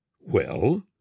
Well